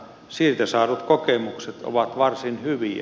siitä saadut kokemukset ovat varsin hyviä